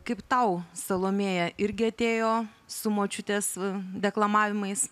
kaip tau salomėja irgi atėjo su močiutės deklamavimais